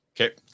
Okay